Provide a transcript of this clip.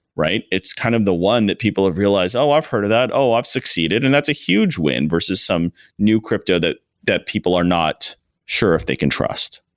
right? it's kind of the one that people have realized, oh! i've heard of that. oh! i've succeeded, and that's a huge win versus some new crypto that that people are not sure if they can trust.